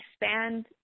expand